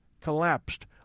collapsed